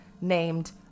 named